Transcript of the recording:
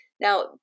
Now